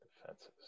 defenses